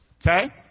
Okay